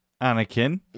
Anakin